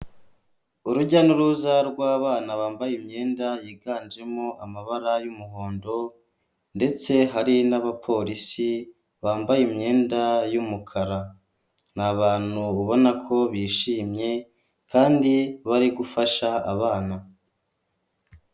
Urujya n'uruza rw'abana bambaye imyenda yiganjemo amabara y'umuhondo ndetse hari n'abapolisi bambaye imyenda y'umukara. Ni abantu ubona ko bishimye kandi bari gufasha abana.